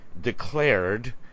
declared